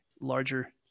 larger